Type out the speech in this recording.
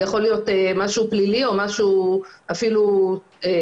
זה יכול להיות משהו פלילי וזה יכול להיות משהו אפילו טרוריסטי,